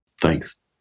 Thanks